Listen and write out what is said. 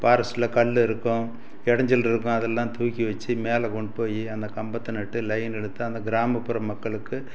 ஃபாரஸ்ட்டில் கல் இருக்கும் இடைஞ்சல் இருக்கும் அதெல்லாம் தூக்கிவச்சு மேலே கொண்டு போய் அந்த கம்பத்தை நட்டு லைன் இழுத்து அந்த கிராமப்புற மக்களுக்கு